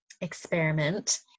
experiment